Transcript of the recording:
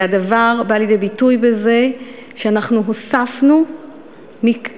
והדבר בא לידי ביטוי בזה שאנחנו הוספנו מכסות.